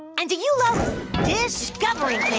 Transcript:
and do you love discovering